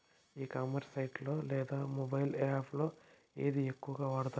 ఈ commerce site లో లేదా మొబైల్ యాప్ లో ఏది ఎక్కువగా వాడుతారు?